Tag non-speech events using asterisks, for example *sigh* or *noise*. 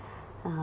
*breath* uh